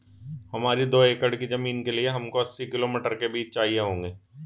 हमारी दो एकड़ की जमीन के लिए हमको अस्सी किलो मटर के बीज चाहिए होंगे